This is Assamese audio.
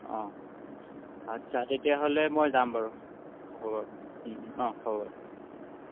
অঁ আচ্ছা তেতিয়াহ'লে মই যাম বাৰু হ'ব বাৰু অঁ হ'ব বাৰু